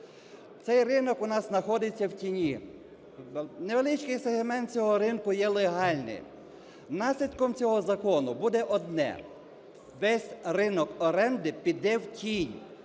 цей ринок у нас знаходиться в тіні. Невеличкий сегмент цього ринку є легальний. Наслідком цього закону буде одне весь ринок оренди піде в тінь.